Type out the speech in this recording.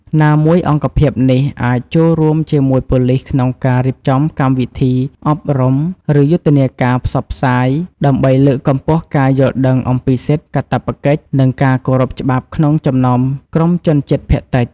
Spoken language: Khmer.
ណាមួយអង្គភាពនេះអាចចូលរួមជាមួយប៉ូលិសក្នុងការរៀបចំកម្មវិធីអប់រំ ឬយុទ្ធនាការផ្សព្វផ្សាយ ដើម្បីលើកកម្ពស់ការយល់ដឹងអំពីសិទ្ធិ កាតព្វកិច្ច និងការគោរពច្បាប់ក្នុងចំណោមក្រុមជនជាតិភាគតិច។